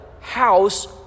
house